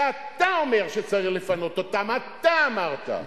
שאתה אומר שצריך לפנות אותם אתה אמרת,